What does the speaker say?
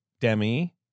Demi